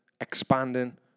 expanding